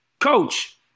coach